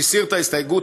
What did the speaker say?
שהסיר את ההסתייגות,